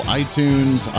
iTunes